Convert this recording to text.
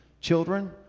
children